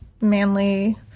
manly